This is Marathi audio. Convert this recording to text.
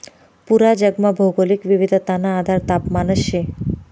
पूरा जगमा भौगोलिक विविधताना आधार तापमानच शे